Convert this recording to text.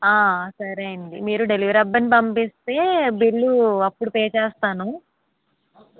సరే అండి మీరు డెలివరీ అబ్బాయిని పంపిస్తే బిల్లు అప్పుడు పే చేస్తాను